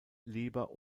leber